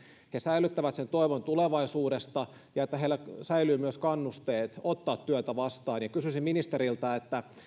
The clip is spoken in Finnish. säilyttävät toivon tulevaisuudesta ja että heillä säilyy myös kannusteet ottaa työtä vastaan kysyisin ministeriltä että